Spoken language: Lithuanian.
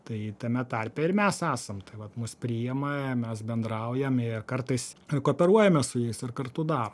tai tame tarpe ir mes esam tai vat mus priima mes bendraujam a kartais ir kooperuojamės su jais ir kartu darom